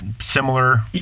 similar